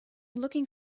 looking